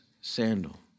sandal